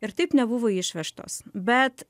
ir taip nebuvo išvežtos bet